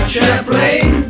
Chaplain